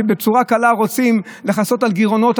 שבצורה קלה רוצים לכסות על גירעונות,